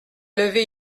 lever